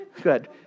good